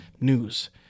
news